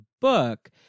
book